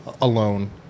alone